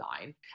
line